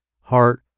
heart